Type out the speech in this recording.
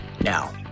now